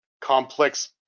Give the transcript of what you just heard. complex